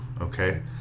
okay